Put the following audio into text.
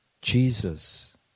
Jesus